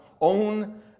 own